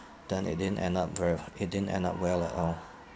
then it didn't end up ver~ it didn't end up well at all